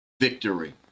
victory